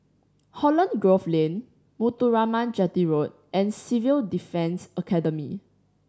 Holland Grove Lane Muthuraman Chetty Road and Civil Defence Academy